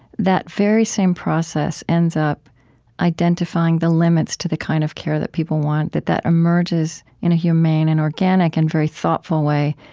that very same process ends up identifying the limits to the kind of care that people want, that that emerges in a humane and organic and very thoughtful way,